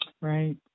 Right